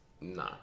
No